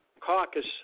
Caucus